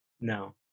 No